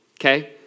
okay